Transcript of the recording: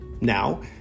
Now